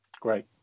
great